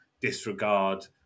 disregard